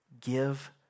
give